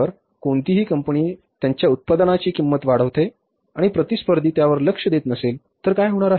जर कोणतीही कंपनी त्यांच्या उत्पादनाची किंमत वाढवते आणि प्रतिस्पर्धी त्यावर लक्ष देत नसेल तर काय होणार आहे